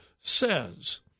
says